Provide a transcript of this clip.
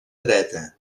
dreta